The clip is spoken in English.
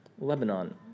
Lebanon